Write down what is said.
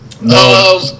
No